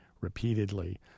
repeatedly